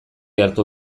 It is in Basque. hartu